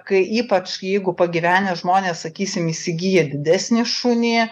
kai ypač jeigu pagyvenę žmonės sakysim įsigija didesnį šunį